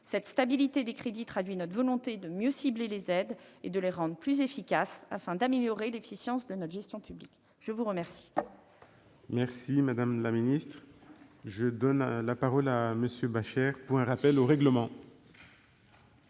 Cette stabilité des crédits traduit notre volonté de mieux cibler les aides et de les rendre plus efficaces, afin d'améliorer l'efficience de notre gestion publique. La parole